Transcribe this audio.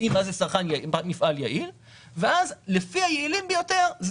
מה זה מפעל יעיל ולפי היעילים ביותר,